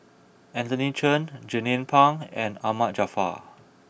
Anthony Chen Jernnine Pang and Ahmad Jaafar